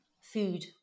food